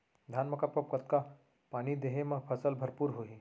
धान मा कब कब कतका पानी देहे मा फसल भरपूर होही?